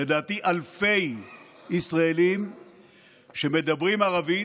לדעתי אלפי ישראלים שמדברים ערבית,